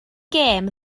gêm